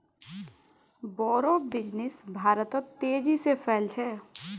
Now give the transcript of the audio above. बोड़ो बिजनेस भारतत तेजी से फैल छ